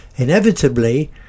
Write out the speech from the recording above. Inevitably